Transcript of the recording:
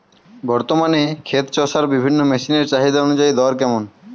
বর্তমানে ক্ষেত চষার বিভিন্ন মেশিন এর চাহিদা অনুযায়ী দর কেমন?